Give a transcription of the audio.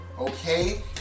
okay